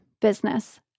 business